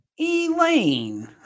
Elaine